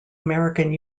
american